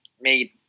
made